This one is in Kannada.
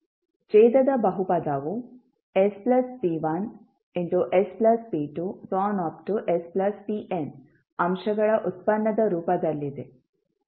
ಛೇದದ ಬಹುಪದವು sp1sp2spn ಅಂಶಗಳ ಉತ್ಪನ್ನದ ರೂಪದಲ್ಲಿದೆ